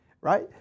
right